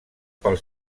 pel